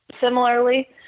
similarly